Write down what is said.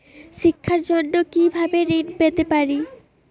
শিক্ষার জন্য কি ভাবে ঋণ পেতে পারি?